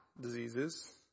diseases